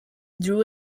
drew